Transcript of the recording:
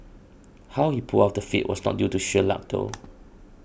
how he pulled off the feat was not due to sheer luck though